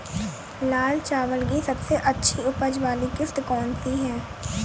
लाल चावल की सबसे अच्छी उपज वाली किश्त कौन सी है?